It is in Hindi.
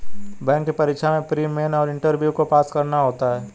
बैंक की परीक्षा में प्री, मेन और इंटरव्यू को पास करना होता है